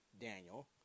Daniel